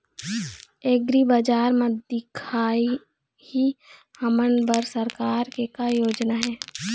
एग्रीबजार म दिखाही हमन बर सरकार के का योजना हे?